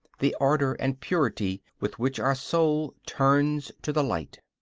the ardor and purity with which our soul turns to the light.